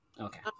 okay